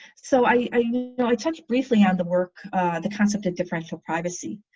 so i know i touched briefly on the work the concept of differential privacy,